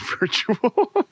virtual